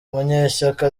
munyeshyaka